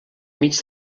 mig